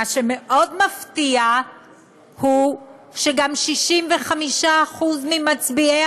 מה שמאוד מפתיע הוא שגם 65% ממצביעי